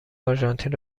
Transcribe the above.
آرژانتین